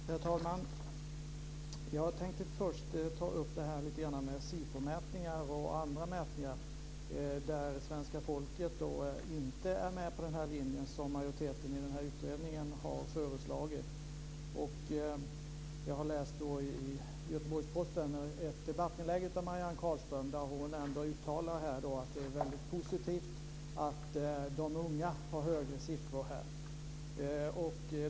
Herr talman! Jag tänkte först ta upp detta med Sifomätningar och andra mätningar där svenska folket inte visat sig vara med på den linje som majoriteten i utredningen har föreslagit. Jag har läst ett debattinlägg i Göteborgs-Posten där Marianne Carlström uttalar att det är väldigt positivt att de unga har högre siffror här.